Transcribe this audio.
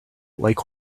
like